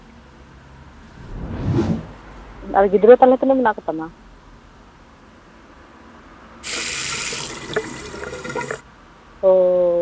ᱟᱨ ᱜᱤᱫᱽᱨᱟᱹ ᱛᱟᱞᱦᱮ ᱛᱤᱱᱟᱹᱜ ᱢᱮᱟᱜ ᱠᱚᱛᱟᱢᱟ